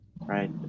right